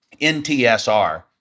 ntsr